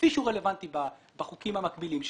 כפי שהוא רלוונטי בחוקים המקבילים שלנו,